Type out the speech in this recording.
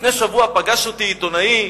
לפני שבוע פגש אותי עיתונאי